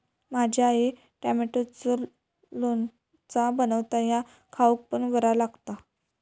माझी आई टॉमॅटोचा लोणचा बनवता ह्या खाउक पण बरा लागता